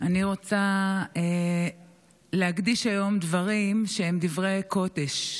אני רוצה היום להקדיש דברים שהם דברי קודש.